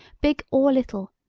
big or little,